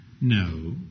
No